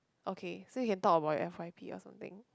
okay so you can talk about your F_y_P or something